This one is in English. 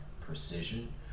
precision